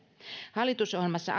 hallitusohjelmassa